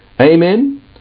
Amen